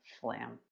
Flam